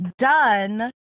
done